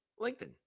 LinkedIn